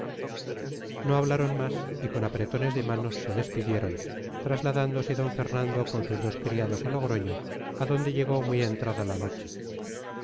no hablaron más y con apretones de manos se despidieron trasladándose d fernando con sus dos criados a logroño a donde llegó muy entrada la noche